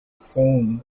phone